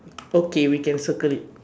okay we can circle it